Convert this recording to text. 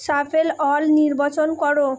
shuffle all নির্বাচন করো